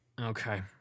Okay